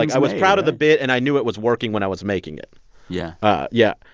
i was proud of the bit. and i knew it was working when i was making it yeah yeah.